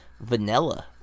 vanilla